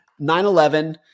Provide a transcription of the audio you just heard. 9-11